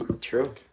True